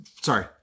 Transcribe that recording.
Sorry